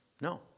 No